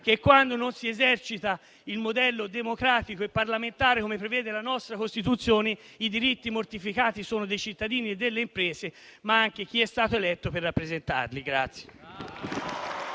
che, quando non si esercita il modello democratico e parlamentare, come prevede la nostra Costituzione, i diritti mortificati sono quelli dei cittadini e delle imprese, ma anche quelli di chi è stato eletto per rappresentarli.